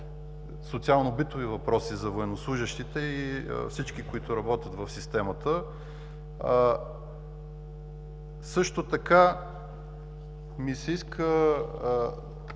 социално-битови въпроси за военнослужещите и всички, които работят в системата. Иска ми се да